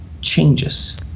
changes